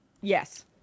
Yes